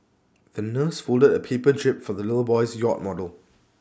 the nurse folded A paper jib for the little boy's yacht model